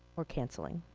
or canceling?